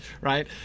right